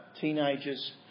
teenagers